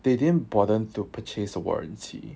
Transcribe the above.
they didn't bother to purchase a warranty